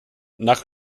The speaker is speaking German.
nach